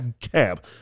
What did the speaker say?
cab